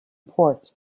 port